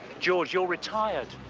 george you're retired.